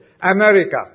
America